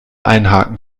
einhaken